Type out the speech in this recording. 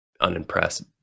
unimpressed